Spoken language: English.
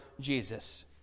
Jesus